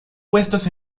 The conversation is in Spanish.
puestos